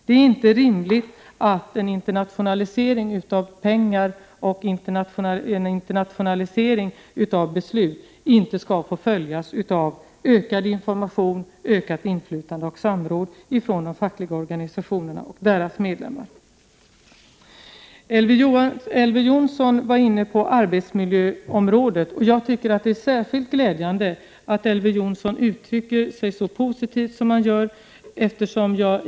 Det är inte rimligt att en internationalisering av pengar och beslut inte skall få följas av ökad information och ökat inflytande och samråd från de fackliga organisationerna och deras medlemmar. Elver Jonsson var inne på arbetsmiljöområdet, och jag tycker att det är särskilt glädjande att Elver Jonsson uttrycker sig så positivt som han gör.